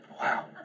wow